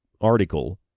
article